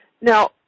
Now